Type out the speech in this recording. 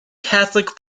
catholic